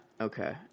okay